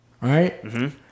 right